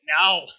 no